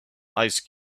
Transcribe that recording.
ice